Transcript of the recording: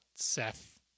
Seth